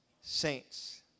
saints